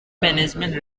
management